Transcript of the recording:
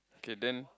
okay then